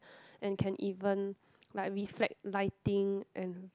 and can even like reflect lighting and